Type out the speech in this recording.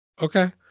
Okay